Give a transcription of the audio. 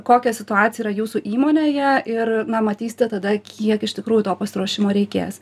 kokia situacija jūsų įmonėje ir na matysite tada kiek iš tikrųjų to pasiruošimo reikės